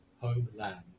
homeland